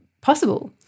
possible